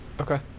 okay